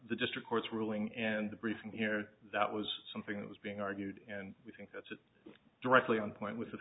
the district court's ruling and the briefing here that was something that was being argued and we think it's directly on point with